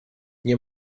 nie